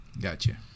gotcha